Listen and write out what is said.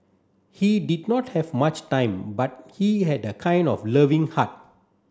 he did not have much time but he had a kind of loving heart